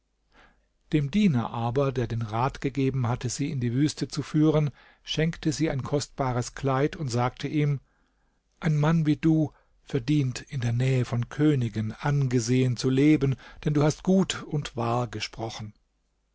dem diener aber der den rat gegeben hatte sie in die wüste zu führen schenkte sie ein kostbares kleid und sagte ihm ein mann wie du verdient in der nähe von königen angesehen zu leben denn du hast gut und wahr gesprochen